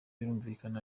birumvikana